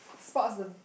spots the